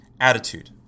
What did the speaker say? Attitude